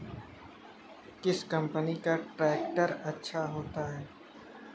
किस कंपनी का ट्रैक्टर अच्छा होता है?